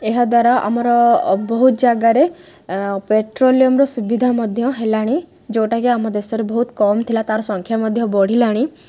ଏହାଦ୍ୱାରା ଆମର ବହୁତ ଜାଗାରେ ପେଟ୍ରୋଲିୟମ୍ର ସୁବିଧା ମଧ୍ୟ ହେଲାଣି ଯେଉଁଟାକି ଆମ ଦେଶରେ ବହୁତ କମ୍ ଥିଲା ତା'ର ସଂଖ୍ୟା ମଧ୍ୟ ବଢ଼ିଲାଣି